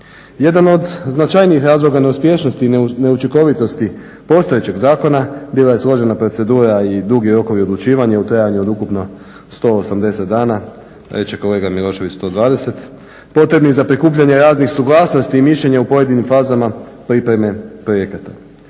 Jedan od značajnijih razloga neuspješnosti i neučinkovitosti postojećeg zakona bila je složena procedura i dugi rokovi odlučivanja u trajanju od ukupno 180 dana, reče kolega Milošević 120, potrebnih za prikupljanje raznih suglasnosti i mišljenja u pojedinim fazama pripreme projekata.